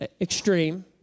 extreme